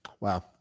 Wow